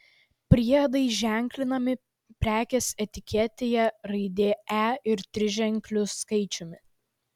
priedai ženklinami prekės etiketėje raidė e ir triženkliu skaičiumi